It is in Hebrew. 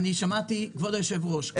כבוד היושב-ראש, שמעתי.